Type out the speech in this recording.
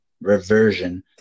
reversion